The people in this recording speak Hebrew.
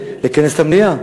לכנס את המליאה.